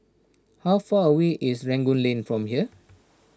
how far away is Rangoon Lane from here